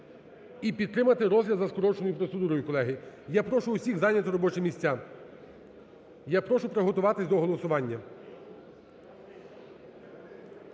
і підтримати розгляд за скороченою процедурою, колеги. Я прошу усіх зайняти робочі місця і я прошу приготуватись до голосування,